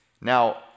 Now